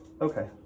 Okay